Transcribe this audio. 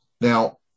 Now